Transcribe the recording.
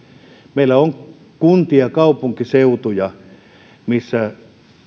meillä on kuntia kaupunkiseutuja missä